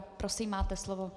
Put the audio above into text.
Prosím, máte slovo.